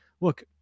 look